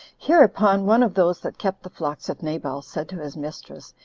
hereupon one of those that kept the flocks of nabal, said to his mistress,